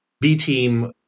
B-team